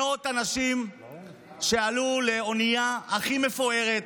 מאות אנשים שעלו לאונייה הכי מפוארת,